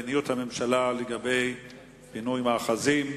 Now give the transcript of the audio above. מדיניות הממשלה לגבי פינוי מאחזים,